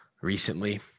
recently